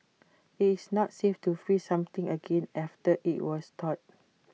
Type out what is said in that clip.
IT is not safe to freeze something again after IT was thawed